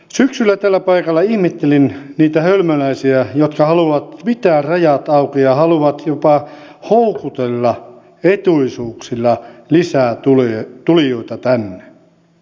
syksyllä tällä paikalla ihmettelin niitä hölmöläisiä jotka haluavat pitää rajat auki ja haluavat jopa houkutella etuisuuksilla lisää tulijoita tänne